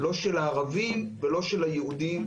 לא של הערבים ולא של היהודים,